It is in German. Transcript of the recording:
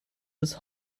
bis